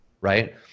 right